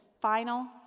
final